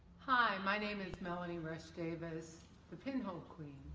hi my name is melanie rush davis the pinhole queen